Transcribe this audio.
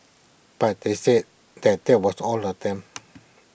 but they said that that was all of them